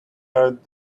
heard